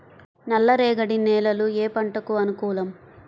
నల్ల రేగడి నేలలు ఏ పంటకు అనుకూలం?